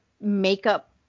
makeup